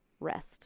rest